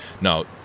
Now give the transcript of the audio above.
No